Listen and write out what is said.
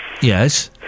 Yes